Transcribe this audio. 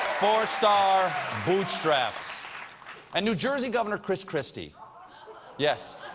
four-star boot straps. and new jersey governor chris christie yes,